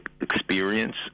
experience